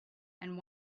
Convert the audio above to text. and